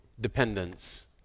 dependence